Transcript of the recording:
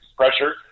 pressure